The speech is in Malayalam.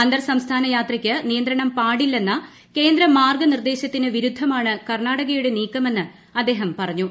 അന്തർ സംസ്ഥാന യാത്രയ്ക്ക് നിയന്ത്രണം പാടില്ലെന്ന കേന്ദ്ര മാർഗ്ഗ നിർദ്ദേശത്തിന് വിരുദ്ധമാണ് കർണ്ണാടകയുടെ നീക്കമെന്ന് അദ്ദേഹം പറഞ്ഞു